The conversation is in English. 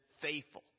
faithful